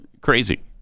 crazy